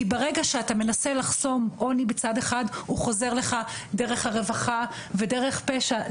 כי ברגע שאתה מנסה לחסום עוני בצד אחד הוא חוזר לך דרך הרווחה ודרך פשע.